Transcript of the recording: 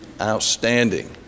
Outstanding